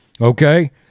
Okay